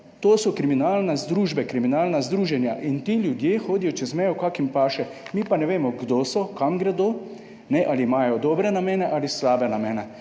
to so kriminalne združbe, kriminalna združenja in ti ljudje hodijo čez mejo, kako jim paše, mi pa ne vemo kdo so, kam gredo, kajne, ali imajo dobre namene ali slabe namene